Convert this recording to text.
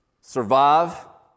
Survive